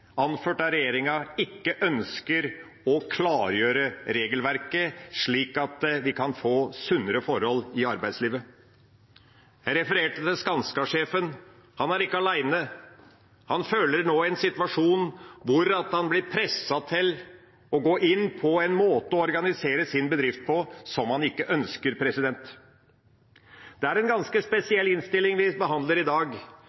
anført av regjeringa, ikke ønsker å klargjøre regelverket slik at vi kan få sunnere forhold i arbeidslivet. Jeg refererte til Skanska-sjefen. Han er ikke alene. Han føler nå at han er i en situasjon der han blir presset til å gå inn på en måte å organisere sin bedrift på som han ikke ønsker. Det er en ganske spesiell innstilling vi behandler i dag.